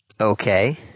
Okay